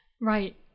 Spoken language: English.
Right